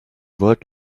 world